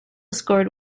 scored